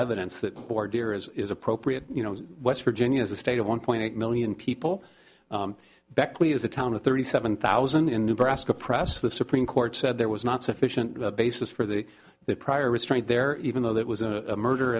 evidence that poor dear is appropriate you know west virginia is a state of one point eight million people beckley is a town of thirty seven thousand in new brassica press the supreme court said there was not sufficient basis for the the prior restraint there even though that was a murder